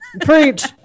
preach